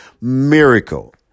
miracle